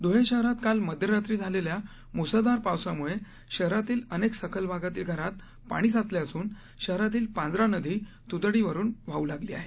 धुळे शहरात काल मध्य रात्री झालेल्या मुसळधार पावसामुळे शहरातील अनेक सखल भागातील घरात पाणी साचले असुन शहरातील पांझरा नदी दुथडी भरून वाहू लागली आहे